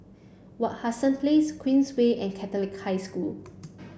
Wak Hassan Place Queensway and Catholic High School